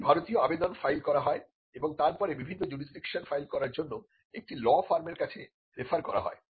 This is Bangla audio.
একটি ভারতীয় আবেদন ফাইল করা হয় এবং তারপরে বিভিন্ন জুরিসডিকশন ফাইল করার জন্য একটি ল ফার্মের কাছে রেফার করা হয়